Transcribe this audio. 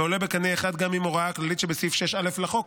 ועולה בקנה אחד גם עם ההוראה הכללית שבסעיף 6א לחוק,